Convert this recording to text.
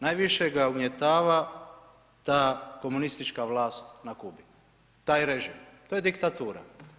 Najviše ga ugnjetava ta komunistička vlast na Kubi, taj režim, to je diktatura.